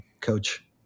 Coach